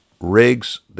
Rigs